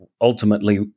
ultimately